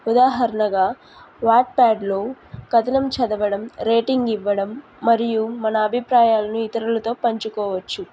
ఉదాహరణగా వాట్ప్యాడ్లో కథనం చదవడం రేటింగ్ ఇవ్వడం మరియు మన అభిప్రాయాలను ఇతరులతో పంచుకోవచ్చు